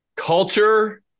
Culture